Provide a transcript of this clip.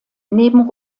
neben